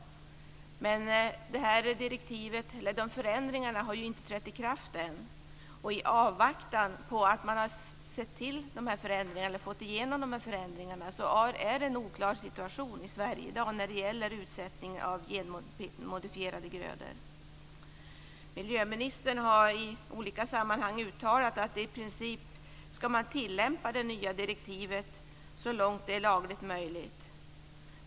Men de här förändringarna har ännu inte trätt i kraft. I avvaktan på att man har fått igenom dem är situationen i Sverige oklar när det gäller utsättning av genmodifierade grödor. Miljöministern har i olika sammanhang uttalat att i princip ska man tillämpa det nya direktivet så långt det är lagligt möjligt.